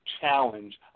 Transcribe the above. challenge